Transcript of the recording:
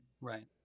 Right